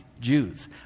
Jews